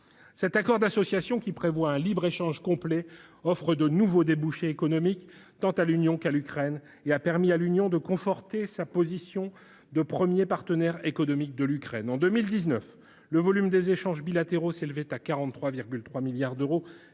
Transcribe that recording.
Cet accord d'association, qui prévoit un libre-échange complet, offre de nouveaux débouchés économiques tant à l'Union qu'à l'Ukraine. Il a permis à l'Union de conforter sa position de premier partenaire économique de l'Ukraine : en 2019, le volume des échanges bilatéraux s'élevait à 43,3 milliards d'euros